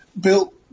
Bill